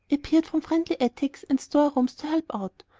appeared from friendly attics and store-rooms to help out.